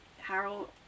Harold